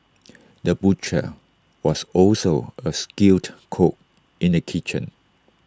the butcher was also A skilled cook in the kitchen